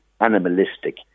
animalistic